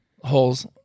Holes